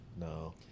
No